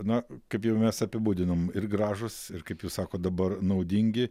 na kaip jau mes apibūdinom ir gražūs ir kaip jūs sakot dabar naudingi